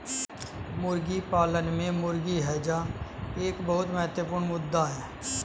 मुर्गी पालन में मुर्गी हैजा एक बहुत महत्वपूर्ण मुद्दा है